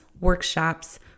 workshops